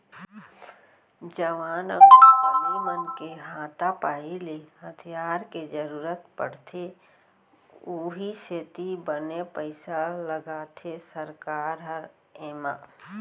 जवान अउ नक्सली मन के हाथापाई ले हथियार के जरुरत पड़थे उहीं सेती बने पइसा लगाथे सरकार ह एमा